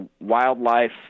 wildlife